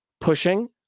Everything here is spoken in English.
pushing